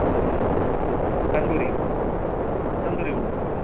ம் ம் தந்தூரி தந்தூரி ஒன்று கொடுத்துருங்க